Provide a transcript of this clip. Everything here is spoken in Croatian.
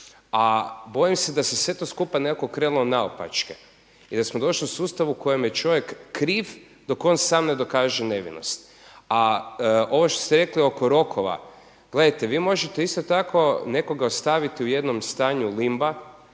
A bojim se da se sve to skupa nekako okrenulo naopačke i da smo došli u sustavu u kojem je čovjek kriv dok on sam ne dokaže nevinost. A ovo što ste rekli oko rokova, gledajte vi možete isto tako nekoga ostaviti u nekom stanju limba,